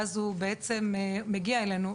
ואז הוא בעצם מגיע אלינו,